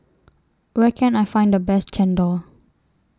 Where Can I Find The Best Chendol